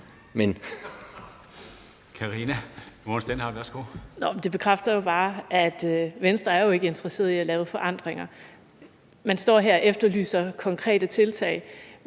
det bekræfter jo bare, at Venstre ikke er interesseret i at lave forandringer. Man står her og efterlyser konkrete tiltag,